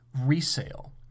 resale